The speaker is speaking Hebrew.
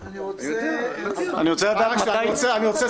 אני רוצה לדעת מתי --- אני רוצה